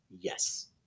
yes